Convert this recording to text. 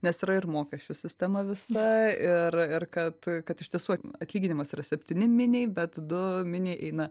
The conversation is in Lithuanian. nes yra ir mokesčių sistema visa ir ir kad kad iš tiesų atlyginimas yra septyni miniai bet du miniai eina